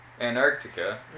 Antarctica